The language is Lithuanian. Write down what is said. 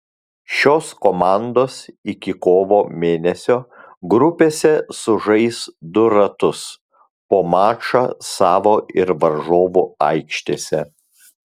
šios komandos iki kovo mėnesio grupėse sužais du ratus po mačą savo ir varžovų aikštėse